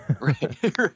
Right